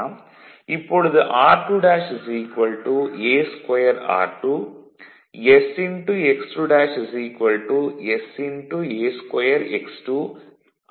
இப்பொழுது r2' a2r2 sx2' sa2x 2